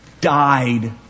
died